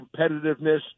competitiveness